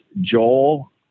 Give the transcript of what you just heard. joel